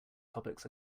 topics